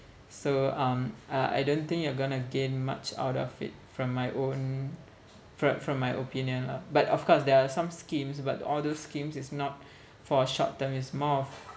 so um uh I don't think you're gonna gain much out of it from my own fro~ from my opinion lah but of course there are some schemes but all those schemes is not for short term it's more of